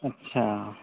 اچھا